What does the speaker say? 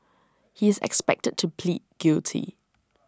he is expected to plead guilty